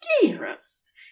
Dearest